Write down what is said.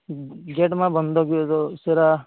ᱜᱮᱹᱴᱢᱟ ᱵᱚᱱᱫᱚ ᱜᱮ ᱟᱫᱚ ᱩᱥᱟᱹᱨᱟ